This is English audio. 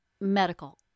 Medical